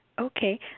Okay